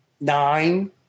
nine